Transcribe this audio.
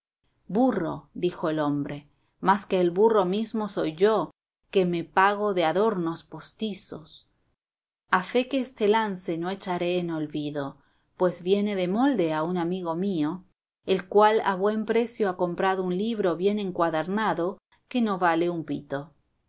cincha estaba escondido burro más que el burro mismo soy yo que me pago de adornos postizos a fe que este lance no echaré en olvido pues viene de molde a un amigo mío el cual a buen precio ha comprado un libro bien encuadernado que no vale un pito